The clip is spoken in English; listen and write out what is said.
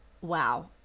Wow